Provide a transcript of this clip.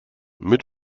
mit